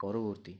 পরবর্তী